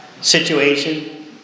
situation